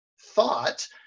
thought